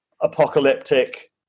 apocalyptic